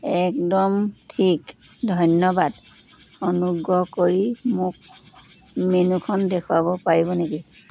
একদম ঠিক ধন্যবাদ অনুগ্ৰহ কৰি মোক মেন্যুখন দেখুৱাব পাৰিব নেকি